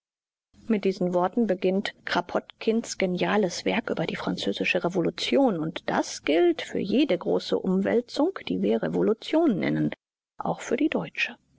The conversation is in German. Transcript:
mit diesen worten beginnt krapotkins geniales werk über die französische revolution und das gilt für jede große umwälzung die wir revolution nennen auch für die deutsche